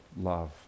love